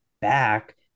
back